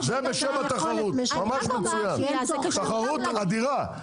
זה בשם התחרות, ממש מצוין, תחרות אדירה.